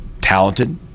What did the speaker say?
talented